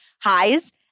highs